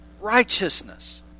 Righteousness